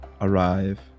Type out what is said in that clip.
arrive